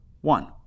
one